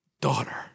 daughter